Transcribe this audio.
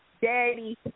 daddy